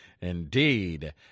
indeed